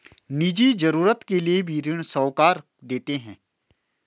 निजी जरूरत के लिए भी ऋण साहूकार देते हैं